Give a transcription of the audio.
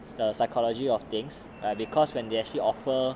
it's the psychology of things because when they actually offer